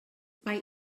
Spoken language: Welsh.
mae